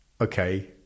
okay